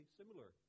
similar